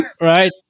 Right